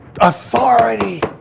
Authority